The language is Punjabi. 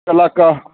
ਇਲਾਕਾ